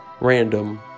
random